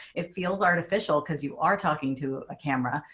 it feels artificial because you are talking to a camera,